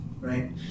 right